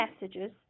messages